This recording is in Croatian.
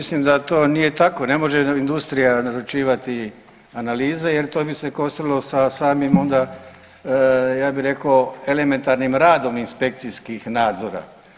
Mislim da to nije tako, ne može industrija naručivati analize jer bi se kosilo sa samim onda ja bi reko elementarnim radom inspekcijskih nadzora.